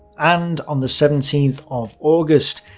and on the seventeenth of august,